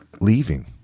leaving